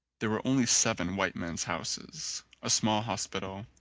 there were only seven white men's houses, a small hospital,